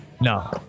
no